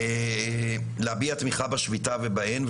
ולהביע תמיכה בשביתה ובהן,